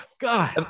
God